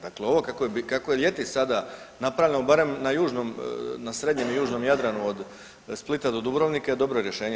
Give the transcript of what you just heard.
Dakle, ovo kako je ljeti sada napravljeno barem na južnom, na srednjem i južnom Jadranu od Splita do Dubrovnika je dobro rješenje.